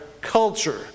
culture